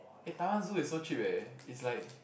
eh Taiwan zoo is so cheap eh it's like